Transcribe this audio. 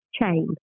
chain